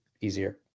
easier